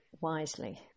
wisely